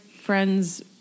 friends